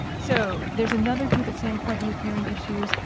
so, there's another group at san quentin with hearing issues.